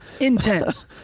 intense